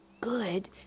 good